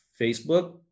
Facebook